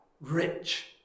rich